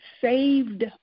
saved